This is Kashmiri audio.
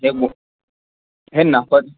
ہے ہے نَفَر